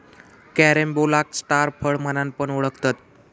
कॅरम्बोलाक स्टार फळ म्हणान पण ओळखतत